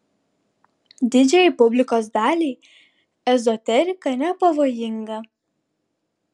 didžiajai publikos daliai ezoterika nepavojinga